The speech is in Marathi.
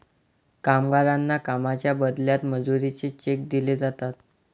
कामगारांना कामाच्या बदल्यात मजुरीचे चेक दिले जातात